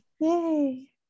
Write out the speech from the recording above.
yay